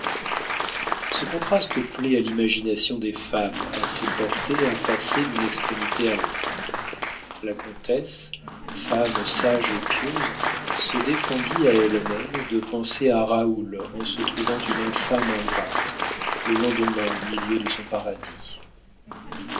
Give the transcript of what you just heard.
ce contraste plaît à l'imagination des femmes assez portées à passer d'une extrémité à l'autre la comtesse femme sage et pieuse se défendit à elle-même de penser à raoul en se trouvant une infâme ingrate le lendemain au milieu de son paradis